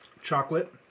chocolate